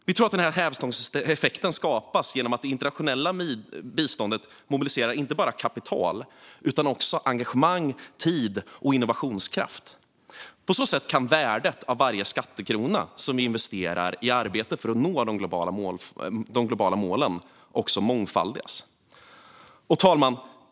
Vi tror att en sådan hävstångseffekt skapas genom att det internationella biståndet mobiliserar inte bara kapital utan också engagemang, tid och innovationskraft. På så sätt kan värdet av varje skattekrona som vi investerar i arbetet för att nå de globala målen mångfaldigas. Fru talman!